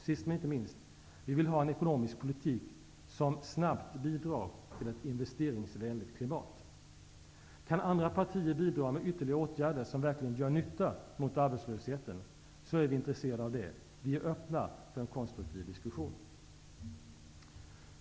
Sist men inte minst: vi vill ha en ekonomisk politik som snabbt bidrar till ett investeringsvänligt klimat. Kan andra partier bidra med ytterligare åtgärder, som verkligen gör nytta mot arbetslösheten, är vi intresserade av det. Vi är öppna för en konstruktiv diskussion.